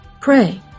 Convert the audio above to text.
Pray